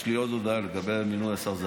יש לי עוד הודעה לגבי מינוי השר.